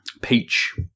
peach